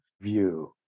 view